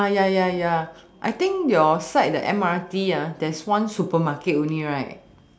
ya ya ya I think at your side the M_R_T ah there is one supermarket only right